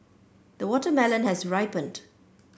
the watermelon has ripened